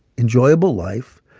enjoyable life,